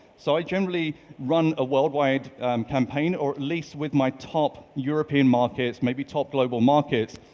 so i generally run a worldwide campaign or at least with my top european markets maybe top global markets,